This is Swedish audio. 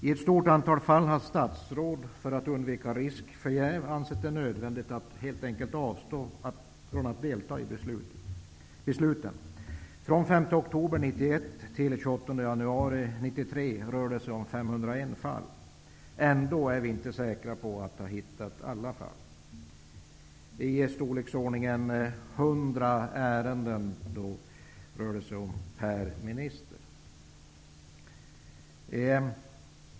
I ett stort antal fall har statsråd, för att undvika risk för jäv, ansett det nödvändigt att avstå från att delta i beslut. Från den 5 oktober 1991 till den 28 januari 1993 rör det sig om 501 fall. Ändå är vi inte säkra på att ha hittat alla fall. Det rör sig om i storleksordningen 100 ärenden per minister.